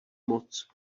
moc